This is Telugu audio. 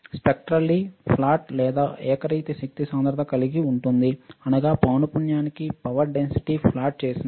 స్పెక్ట్రల్లీ ఫ్లాట్ లేదా ఏకరీతి శక్తి సాంద్రత కలిగి ఉంటుంది అనగా పౌనపుణ్యముకి పవర్ డెన్సిటీ ప్లాట్ చేసినప్పుడు